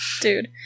dude